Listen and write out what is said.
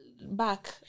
back